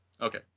Okay